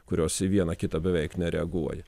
kurios į vieną kitą beveik nereaguoja